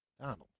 Donald